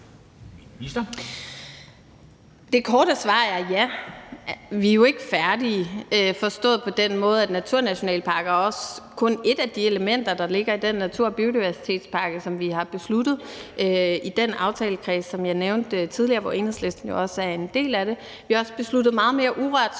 Det korte svar er ja. Vi er jo ikke færdige, forstået på den måde, at naturnationalparker også kun er et af de elementer, der ligger i den natur- og biodiversitetspakke, som vi har besluttet os for i den aftalekreds, som jeg nævnte tidligere, og som Enhedslisten jo også er en del af. Vi har også besluttet os for meget mere urørt